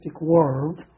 world